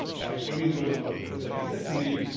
like, women do all the cooking. so he said to me,